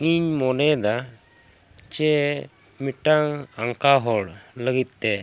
ᱤᱧ ᱢᱚᱱᱮᱭᱮᱫᱟ ᱡᱮ ᱢᱤᱫᱴᱟᱝ ᱟᱱᱠᱷᱟ ᱦᱚᱲ ᱞᱟᱹᱜᱤᱫ ᱛᱮ